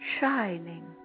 shining